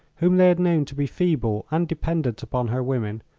whom they had known to be feeble and dependent upon her women,